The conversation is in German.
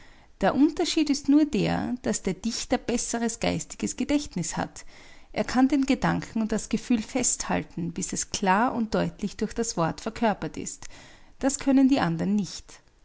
der unterschied ist nur der daß der dichter besseres geistiges gedächtnis hat er kann den gedanken und das gefühl festhalten bis es klar und deutlich durch das wort verkörpert ist das können die andern nicht